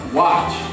watch